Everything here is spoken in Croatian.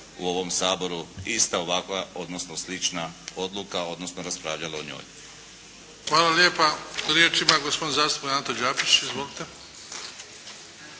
u ovom Saboru ista ovakva odnosno slična odluka odnosno raspravljalo o njoj. **Bebić, Luka (HDZ)** Hvala lijepa. Riječ ima gospodin zastupnik Anto Đapić. Izvolite!